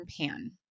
pan